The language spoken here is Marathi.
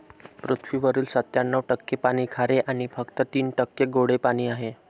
पृथ्वीवरील सत्त्याण्णव टक्के पाणी खारे आणि फक्त तीन टक्के गोडे पाणी आहे